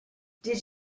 did